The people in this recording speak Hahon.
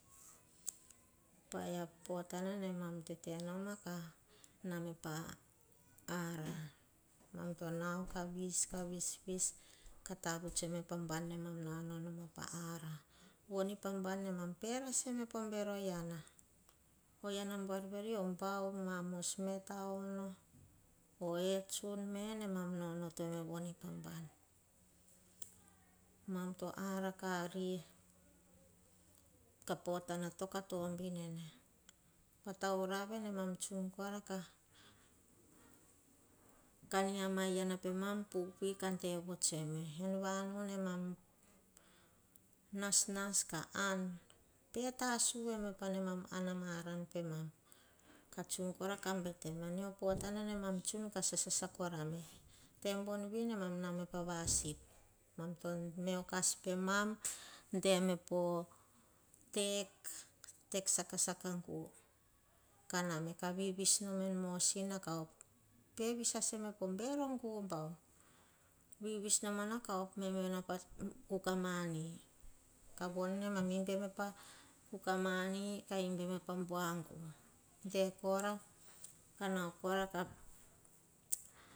Pah hia pota namam tetenoma, name pa ara. Amamto nao kah vis-vis kah vis. Tavuts tsoem pabah-wemam. Nanau nom pah ara, voni pa bam nemam pe laseme poh bavu. Eana buar vere. Obavu nomo meta ono, oh e tsun me nemam nonotoeme pa banmam to ara ka potana toka tobin nene. Taurave namam kani, ama iana pupui ka de vuts tsoe eim vanu nam nasnas ka an. Pe tasu eme panemaman ama ala pemam. Kah tsu kara ka beteme, mio potana nemam tsu ka sasasa kora me. Tebon vi nemam name povasip, meo kas pemam de-eme po tek-tek saka sakagu. Kaname ka visvis noma. Kah pe vis iseme poh bero gu bauh. Visvis noma nau kah opoeme pah kukamane. Kavon nemam imbieme pah kuka mani kanu kara kah.